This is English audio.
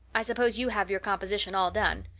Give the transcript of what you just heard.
i suppose you have your composition all done?